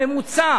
הממוצע